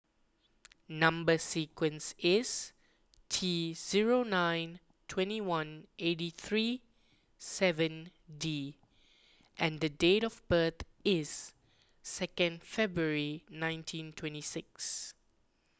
Number Sequence is T zero nine twenty one eighty three seven D and date of birth is second February nineteen twenty six